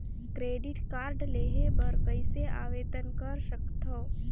Credit card लेहे बर कइसे आवेदन कर सकथव?